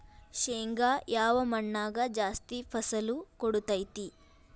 ಶೇಂಗಾ ಯಾವ ಮಣ್ಣಾಗ ಜಾಸ್ತಿ ಫಸಲು ಕೊಡುತೈತಿ?